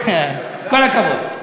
כל הכבוד.